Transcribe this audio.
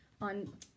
on